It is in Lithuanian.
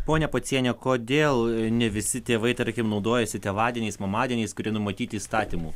ponia pociene kodėl ne visi tėvai tarkim naudojasi tėvadieniais mamadieniais kurie numatyti įstatymu